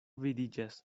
vidiĝas